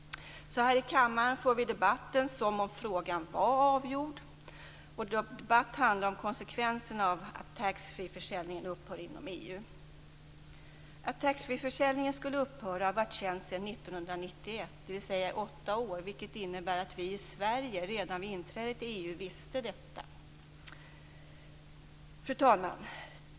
Här i kammaren för vi debatten som om frågan var avgjord. Den handlar om konsekvenserna av att taxfreeförsäljningen upphör inom EU. Att taxfreeförsäljningen skulle upphöra har varit känt sedan 1991, dvs. i åtta år. Det innebär att vi i Sverige redan vid inträdet i EU visste detta. Fru talman!